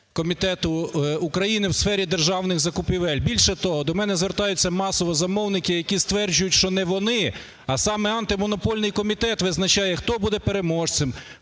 комітету України в сфері державних закупівель. Більше того, до мене звертаються масово замовники, які стверджують, що не вони, а саме Антимонопольний комітет визначає, хто буде переможцем,